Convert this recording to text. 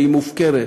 והיא מופקרת.